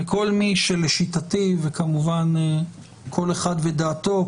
כמובן כל אחד ודעתו,